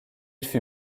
fut